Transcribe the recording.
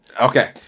okay